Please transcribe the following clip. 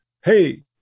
Hey